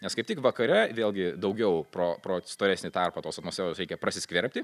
nes kaip tik vakare vėlgi daugiau pro pro storesnį tarpą tos atmosferos reikia prasiskverbti